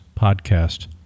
podcast